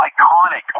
iconic